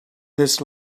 this